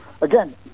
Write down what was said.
again